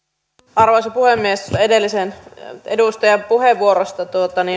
arvoisa puhemies edellisen edustajan puheenvuorosta